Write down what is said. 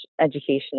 education